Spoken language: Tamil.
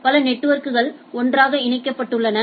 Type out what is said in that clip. பல நெட்வொர்க்குகள் ஒன்றாக இணைக்கப்பட்டுள்ளன